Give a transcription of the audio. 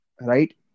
Right